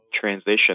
transition